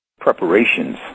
preparations